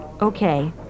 Okay